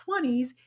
20s